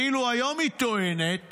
ואילו היום היא טוענת